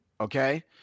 okay